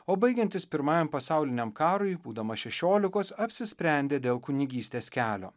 o baigiantis pirmajam pasauliniam karui būdamas šešiolikos apsisprendė dėl kunigystės kelio